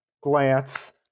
glance